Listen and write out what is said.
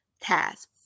tasks